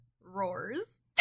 roars